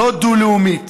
לא דו-לאומית,